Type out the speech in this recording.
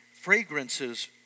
fragrances